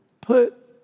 put